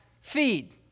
feed